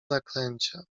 zaklęcia